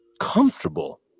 comfortable